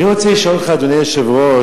אני רוצה לשאול אותך, אדוני היושב-ראש,